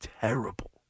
terrible